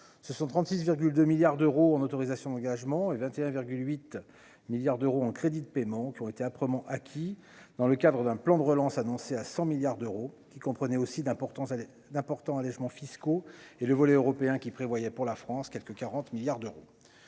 ce sont 36,2 milliards d'euros en autorisations d'engagement et 21,8 milliards d'euros en crédits de paiement qui ont été âprement acquis dans le cadre d'un plan de relance annoncé à 100 milliards d'euros, qui comprenait aussi d'importance d'importants allégements fiscaux et le volet européen qui prévoyait pour la France, quelque 40 milliards d'euros,